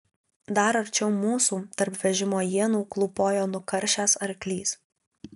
dar arčiau mūsų tarp vežimo ienų klūpojo nukaršęs arklys